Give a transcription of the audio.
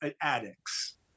addicts